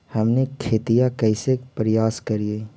हमनी खेतीया कइसे परियास करियय?